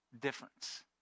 difference